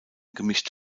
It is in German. gemischt